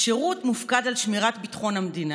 השירות מופקד על שמירת ביטחון המדינה.